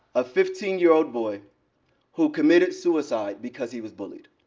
a fifteen year old boy who committed suicide because he was bullied.